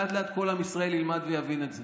לאט-לאט כל עם ישראל ילמד ויבין את זה.